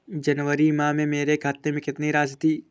जनवरी माह में मेरे खाते में कितनी राशि थी?